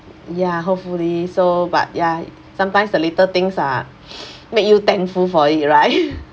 ya hopefully so but ya sometimes the little things are make you thankful for it right